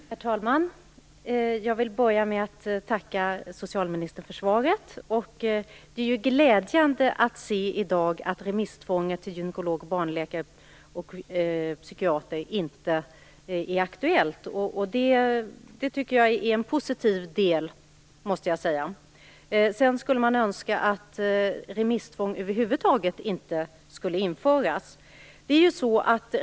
Herr talman! Jag vill börja med att tacka socialministern för svaret. Det är glädjande att se att remisstvånget till gynekolog, barnläkare och psykiater inte är aktuellt i dag. Det är positivt, man skulle önska att remisstvång inte infördes över huvud taget.